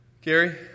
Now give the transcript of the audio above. Gary